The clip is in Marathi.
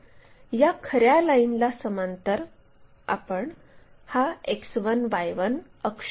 तर या खऱ्या लाईनला समांतर आपण हा X1 Y1 अक्ष काढत आहोत